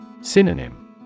Synonym